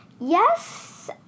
yes